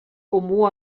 comú